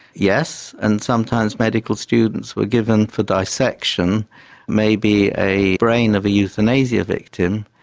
yes and sometimes medical students were given for dissection maybe a brain of a euthanasia victim.